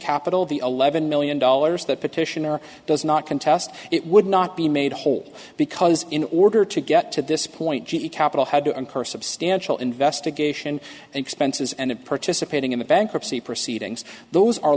capital the eleven million dollars that petitioner does not contest it would not be made whole because in order to get to this point g e capital had to incur substantial investigation and expenses and participating in the bankruptcy proceedings those are